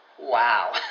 wow